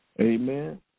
Amen